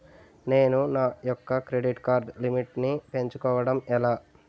నేను నా యెక్క క్రెడిట్ కార్డ్ లిమిట్ నీ పెంచుకోవడం ఎలా?